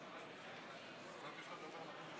הכנסת.